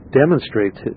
demonstrates